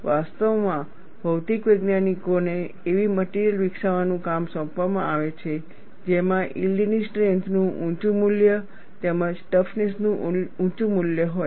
વાસ્તવમાં ભૌતિક વૈજ્ઞાનિકોને એવી મટિરિયલ વિકસાવવાનું કામ સોંપવામાં આવે છે જેમાં યીલ્ડ ની સ્ટ્રેન્થ નું ઊંચું મૂલ્ય તેમજ ટફનેસ નું ઊંચું મૂલ્ય હોય